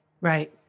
Right